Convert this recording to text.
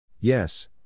Yes